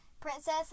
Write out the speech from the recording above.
princess